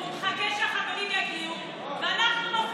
הוא מחכה שהחברים יגיעו ואנחנו,